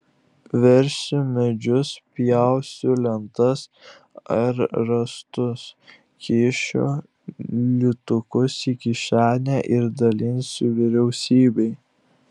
versiu medžius pjausiu lentas ar rąstus kišiu litukus į kišenę ir dalinsiu vyriausybei